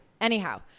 anyhow